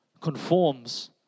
conforms